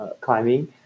climbing